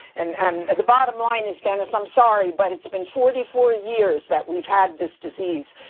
and and and the bottom line is, dennis, i'm sorry, but it's been forty four years that we've had this disease.